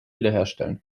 wiederherstellen